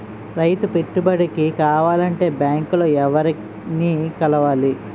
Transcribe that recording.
రైతు పెట్టుబడికి కావాలంటే బ్యాంక్ లో ఎవరిని కలవాలి?